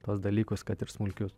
tuos dalykus kad ir smulkius